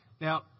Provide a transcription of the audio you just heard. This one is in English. Now